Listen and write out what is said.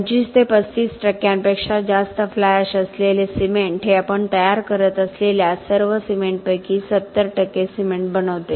25 ते 35 टक्क्यांपेक्षा जास्त फ्लाय एश असलेले सिमेंट हे आपण तयार करत असलेल्या सर्व सिमेंटपैकी 70 टक्के सिमेंट बनवते